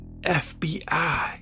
FBI